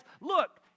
look